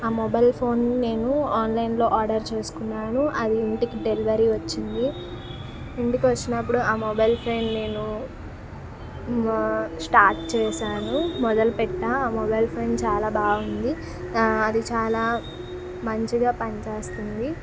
ఆ మొబైల్ ఫోన్ని నేను ఆన్లైన్లో ఆర్డర్ చేసుకున్నాను అది ఇంటికి డెలివరీ వచ్చింది ఇంటికి వచ్చినప్పుడు ఆ మొబైల్ ఫ్రెండ్ నేను స్టార్ట్ చేశాను మొదలు పెట్టాను ఆ మొబైల్ ఫోన్ చాలా బాగుంది అది చాలా మంచిగా పనిచేస్తుంది